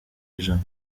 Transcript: ijana